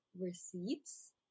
receipts